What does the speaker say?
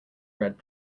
red